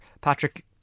Patrick